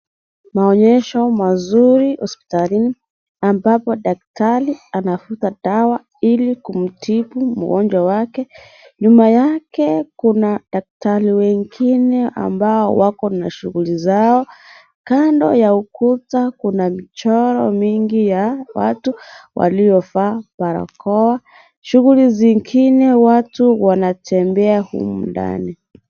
Maonyesho mazuri hospitalini. Ambako daktari anafuta dawa ili kumtibu mgonjwa wake. Nyuma yake kuna daktari wengine ambao wako na shughuli zao. Kando ya ukuta kuna michoro mingi ya watu waliovaa barakoa. Shughuli zingine watu wanatembea humu ndani.